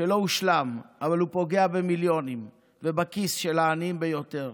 שלא הושלם אבל הוא פוגע במיליונים ובכיס של העניים ביותר,